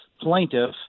plaintiff